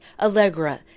Allegra